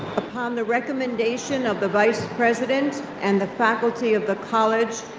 upon the recommendation of the vice president and the faculty of the college,